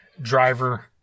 Driver